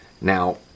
Now